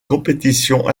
compétitions